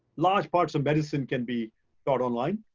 large parts of medicine can be taught online.